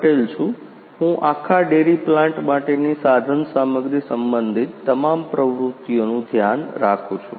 પટેલ છું હું આખા ડેરી પ્લાન્ટ માટેની સાધનસામગ્રી સંબંધિત તમામ પ્રવૃત્તિઓનું ધ્યાન રાખું છું